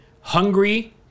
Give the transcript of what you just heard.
hungry